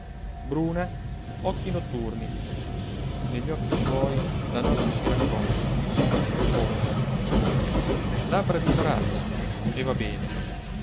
bruna occhi notturni negli occhi suoi la notte si raccoglie profonda labbra di corallo e va bene